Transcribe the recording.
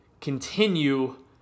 Continue